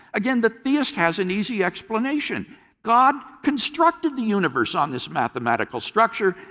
again, the theist has an easy explanation god constructed the universe on this mathematical structure.